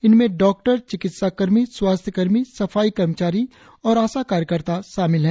इनमें डॉक्टर चिकित्साकर्मी स्वास्थ्यकर्मी सफाई कर्मचारी और आशा कार्यकर्ता शामिल है